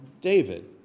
David